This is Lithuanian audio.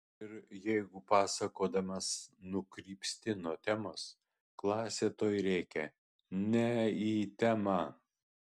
ir jeigu pasakodamas nukrypsti nuo temos klasė tuoj rėkia ne į temą